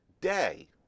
day